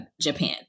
Japan